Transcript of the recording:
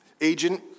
agent